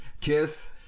kiss